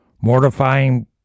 mortifying